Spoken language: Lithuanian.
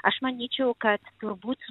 aš manyčiau kad turbūt